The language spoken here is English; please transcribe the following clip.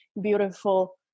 beautiful